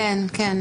כן,